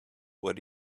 what